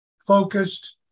focused